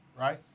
right